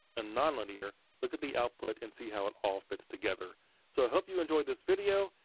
and nonlinear, look at the output, and see how it all fits together. so i hope you enjoyed this video,